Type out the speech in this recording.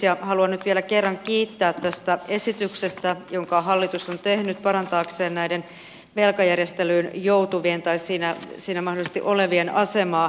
haluan nyt vielä kerran kiittää tästä esityksestä jonka hallitus on tehnyt parantaakseen näiden velkajärjestelyyn joutuvien tai siinä mahdollisesti olevien asemaa